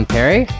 Perry